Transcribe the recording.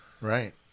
Right